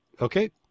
Okay